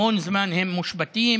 המון זמן הם מושבתים,